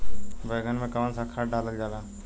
बैंगन में कवन सा खाद डालल जाला?